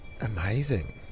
amazing